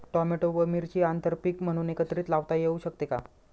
Tomato व मिरची आंतरपीक म्हणून एकत्रित लावता येऊ शकते का?